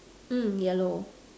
mm yellow